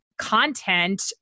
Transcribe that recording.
content